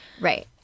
Right